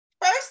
First